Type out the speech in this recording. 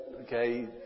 Okay